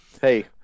hey